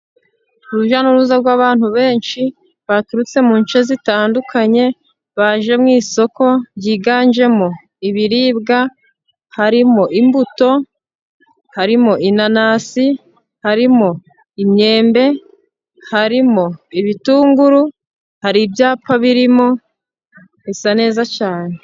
Urujya n'uruza rw'abantu benshi, baturutse mu nce zitandukanye, baje mu isoko ryiganjemo ibiribwa, harimo imbuto, harimo inanasi, harimo imyembe, harimo ibitunguru, hari ibyapa birimo bisa neza cyane.